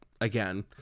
again